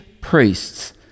priests